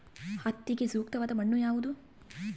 ಹತ್ತಿಗೆ ಸೂಕ್ತವಾದ ಮಣ್ಣು ಯಾವುದು?